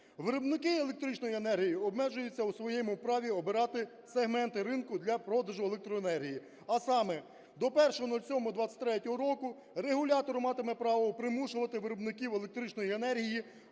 Виробники електричної енергії обмежуються у своєму праві обирати сегменти ринку для продажу електроенергії. А саме до 01.07.2023 року регулятор матиме право примушувати виробників електричної енергії